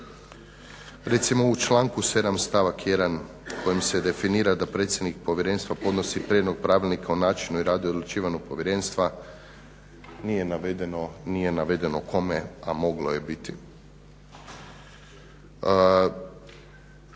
Recimo u članku 7. stavak 1. u kojem se definira da predsjednik povjerenstva podnosi prijedlog Pravilnika o načinu, radu i odlučivanju povjerenstva nije navedeno kome a moglo je biti.